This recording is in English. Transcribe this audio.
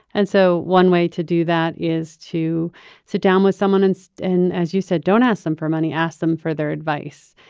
and so one way to do that is to sit down with someone. and so and as you said, don't ask them for money, ask them for their advice.